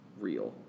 real